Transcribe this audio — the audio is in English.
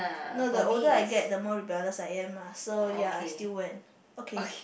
no the older I get the more rebellious I am lah so ya I still went okay